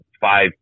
five